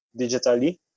digitally